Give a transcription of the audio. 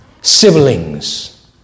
siblings